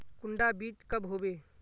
कुंडा बीज कब होबे?